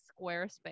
Squarespace